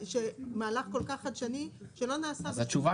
מהלך כל כך חדשני שלא נעשה בו --- התשובה